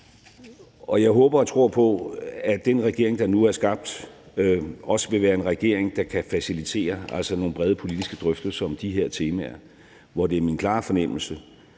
Og jeg håber og tror på, at den regering, der nu er skabt, også vil være en regering, der kan facilitere nogle brede politiske drøftelser om de her temaer, hvor det er min klare fornemmelse,